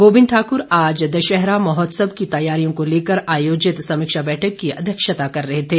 गोविंद ठाकर आज दशहरा महोत्सव की तैयारिया को लेकर आयोजित समीक्षा बैठक की अध्यक्षता कर रहे थे